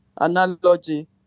analogy